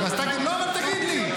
תגיד לי.